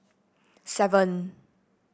seven